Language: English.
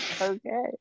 Okay